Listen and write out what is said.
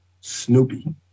snoopy